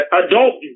adult